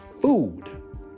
food